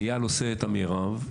אייל נושא את המרב,